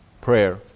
Prayer